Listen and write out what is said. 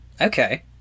okay